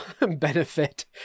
benefit